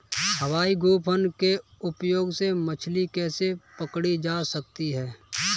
हवाई गोफन के उपयोग से मछली कैसे पकड़ी जा सकती है?